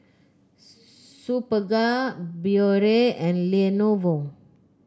Superga Biore and Lenovo